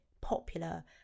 popular